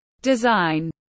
design